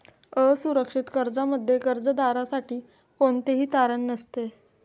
असुरक्षित कर्जामध्ये कर्जदारासाठी कोणतेही तारण नसते